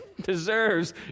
deserves